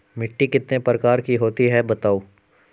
मिट्टी कितने प्रकार की होती हैं बताओ?